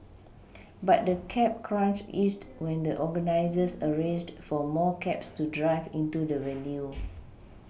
but the cab crunch eased when the organisers arranged for more cabs to drive into the venue